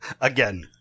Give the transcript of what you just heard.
Again